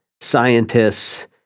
scientists